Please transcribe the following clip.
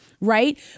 right